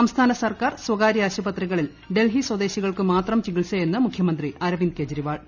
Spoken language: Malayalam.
സംസ്ഥാന സർക്കാർ സ്വകാര്യ ആശുപത്രികളിൽ ഡൽഹി സ്വദേശികൾക്ക് മാത്രം ചികിത്സയെന്ന് മുഖ്യമന്ത്രി അരവിന്ദ് കെജ് രിവാൾ